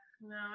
No